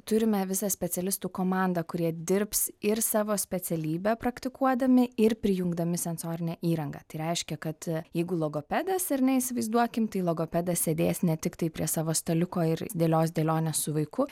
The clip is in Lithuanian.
turime visą specialistų komandą kurie dirbs ir savo specialybę praktikuodami ir prijungdami sensorinę įrangą tai reiškia kad jeigu logopedas ar ne neįsivaizduokim tai logopedas sėdės ne tiktai prie savo staliuko ir dėlios dėlionę su vaiku